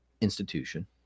institution